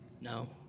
No